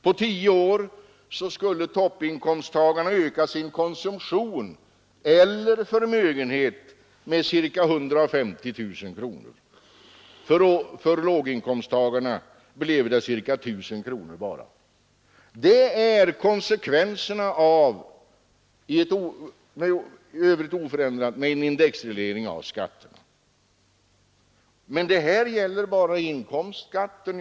På tio år skulle toppinkomsttagarna öka sin konsumtion — eller förmögenhet — med ca 150 000 kronor. För låginkomsttagarna bleve det bara ca 1 000 kronor. Det är konsekvenserna av indexreglering av skatterna. Men det här gäller bara inkomstskatten.